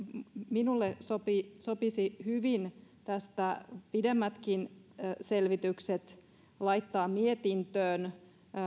minulle sopisi sopisi hyvin laittaa tästä pidemmätkin selvitykset mietintöön